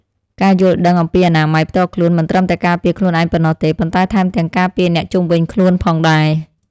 ការយល់ដឹងអំពីអនាម័យផ្ទាល់ខ្លួនមិនត្រឹមតែការពារខ្លួនឯងប៉ុណ្ណោះទេ ប៉ុន្តែថែមទាំងការពារអ្នកជុំវិញខ្លួនផងដែរ។